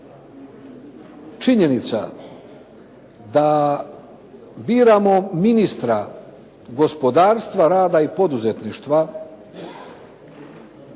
činjenica da biramo ministra gospodarstva, rada i poduzetništva,